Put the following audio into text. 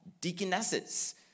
deaconesses